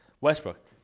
Westbrook